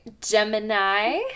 Gemini